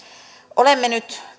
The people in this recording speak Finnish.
olemme nyt